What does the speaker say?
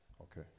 Okay